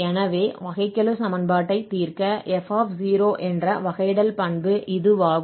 எனவே வகைக்கெழு சமன்பாட்டைத் தீர்க்க f என்ற வகையிடல் பண்பு இதுவாகும்